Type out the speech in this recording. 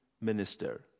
minister